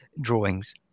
drawings